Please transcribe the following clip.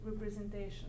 representation